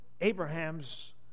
Abraham's